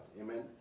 amen